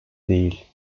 değil